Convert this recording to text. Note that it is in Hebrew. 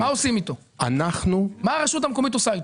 מה הרשות המקומית עושה איתו?